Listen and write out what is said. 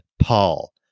Paul